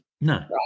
No